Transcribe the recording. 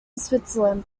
switzerland